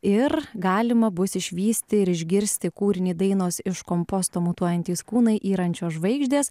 ir galima bus išvysti ir išgirsti kūrinį dainos iš komposto mutuojantys kūnai yrančios žvaigždės